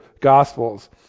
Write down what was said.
gospels